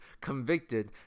convicted